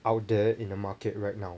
out there in the market right now